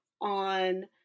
on